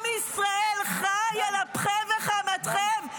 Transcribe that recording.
עם ישראל חי על אפכם וחמתכם,